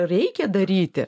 reikia daryti